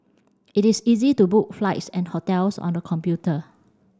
it is easy to book flights and hotels on the computer